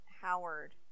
Howard